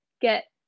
get